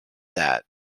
that